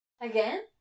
Again